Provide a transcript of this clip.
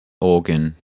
organ